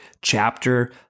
chapter